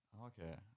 Okay